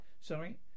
Sorry